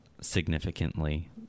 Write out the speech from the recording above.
significantly